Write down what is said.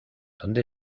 dónde